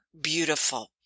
beautiful